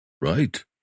Right